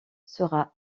sera